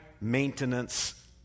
maintenance